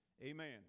Amen